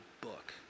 book